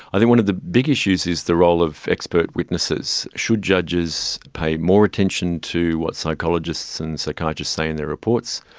i think one of the big issues is the role of expert witnesses. should judges pay more attention to what psychologists and the psychiatrists say in their reports?